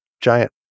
giant